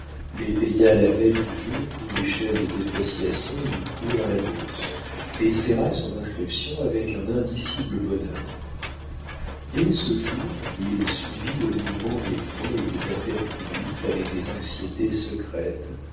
les paya la veille du jour où l'échelle de dépréciation eut cours à la bourse et serra son inscription avec un indicible bonheur dès ce jour il suivit le mouvement des fonds et des affaires publiques avec des anxiétés secrètes